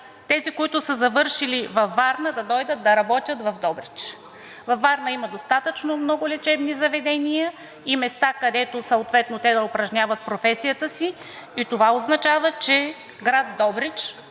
тези, които са завършили във Варна, да дойдат да работят в Добрич. Във Варна има достатъчно много лечебни заведения и места, където съответно те да упражняват професията си и, това означава, че град Добрич